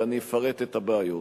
ואני אפרט את הבעיות.